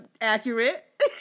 accurate